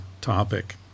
topic